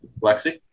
Lexi